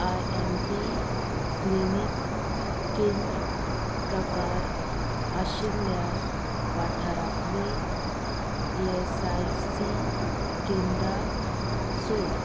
I M P clinic केंद्र प्रकार आशिल्ल्या वाठारांतलीं ई एस आय सी केंद्रां सोद